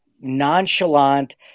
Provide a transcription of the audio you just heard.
nonchalant